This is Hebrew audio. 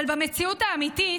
אבל במציאות האמיתית,